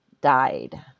died